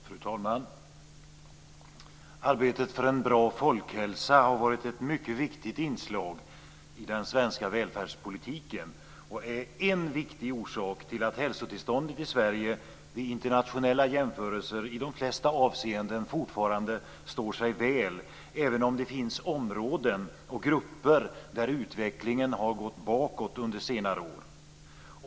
Fru talman! Arbetet för en bra folkhälsa har varit ett mycket viktigt inslag i den svenska välfärdspolitiken och är en viktig orsak till att hälsotillståndet i Sverige vid internationella jämförelser i de flesta avseenden fortfarande står sig väl, även om det finns områden och grupper där utvecklingen har gått bakåt under senare år.